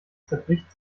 zerbricht